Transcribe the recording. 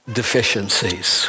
deficiencies